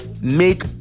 make